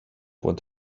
want